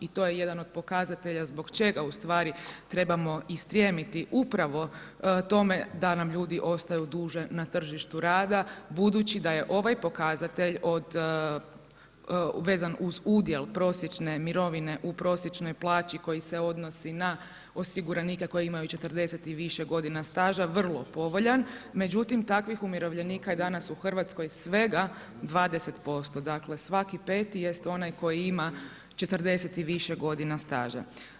I to je jedan od pokazatelja zbog čega ustvari trebamo i stremiti upravo u tome da nam ljudi ostaju duže na tržištu rada, budući da je ovaj pokazatelj vezan uz udjel prosječne mirovine u prosječnoj plaći koji se odnosi na osiguranike koji imaju 40 i više godina staža vrlo povoljan, međutim takvih umirovljenika je danas u Hrvatskoj svega 20%, dakle svaki peti jest onaj koji ima 40 i više godina staža.